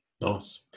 Nice